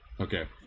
Okay